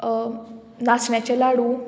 नाचण्याचें लाडू